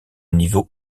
niveau